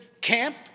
camp —